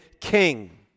king